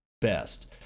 best